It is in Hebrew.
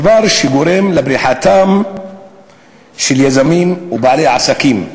דבר שגורם לבריחתם של יזמים ובעלי עסקים.